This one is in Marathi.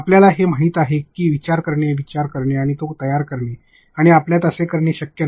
आपल्याला हे माहित आहे की विचार करणे विचार करणे आणि तयार करणे आणि आपल्याला असे करणे शक्य नाही